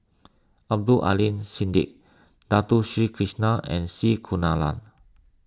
Abdul Aleem Siddique Dato Sri Krishna and C Kunalan